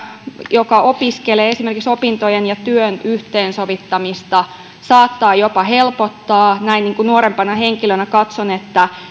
joka esimerkiksi opiskelee opintojen ja työn yhteensovittamista saattaa jopa helpottaa näin nuorempana henkilönä katson että